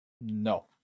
No